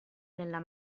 nella